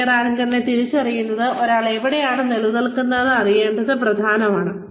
career ആങ്കറിനെ തിരിച്ചറിയുന്നത് ഒരാൾ എവിടെയാണ് നിൽക്കുന്നതെന്ന് അറിയേണ്ടത് പ്രധാനമാണ്